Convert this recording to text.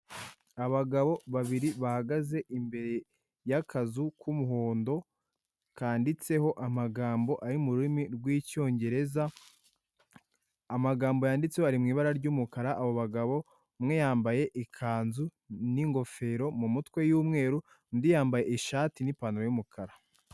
Abagabo babiri bahagaze imbere y'akazu k'umuhondo kanditseho amagambo ari mu rurimi rw'Icyongereza. Amagambo yanditseho ari mu ibara ry'umukara abo bagabo umwe yambaye ikanzu n'ingofero mu mutwe y'umweru undi yambaye ishati n'ipantaro y'umukara.